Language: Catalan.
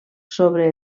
sobre